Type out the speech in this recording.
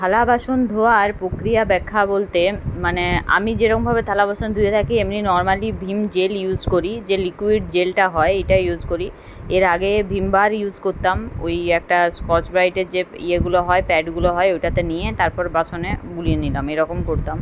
থালা বাসন ধোয়ার প্রক্রিয়া ব্যাখ্যা বলতে মানে আমি যেরকমভাবে থালা বাসন ধুয়ে থাকি এমনি নরমালি ভিম জেল ইউজ করি যে লিকুইড জেলটা হয় এটা ইউজ করি এর আগে ভিম বার ইউস করতাম ওই একটা স্ক্রচবাইটের যে ইয়েগুলো হয় প্যাডগুলো হয় ওইটাতে নিয়ে তারপর বাসনে বুলিয়ে নিলাম এরকম করতাম